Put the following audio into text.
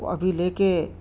وہ ابھی لے کے